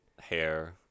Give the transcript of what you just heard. hair